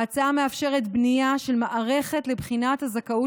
ההצעה מאפשרת בנייה של מערכת לבחינת הזכאות